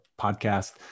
podcast